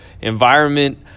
environment